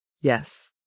Yes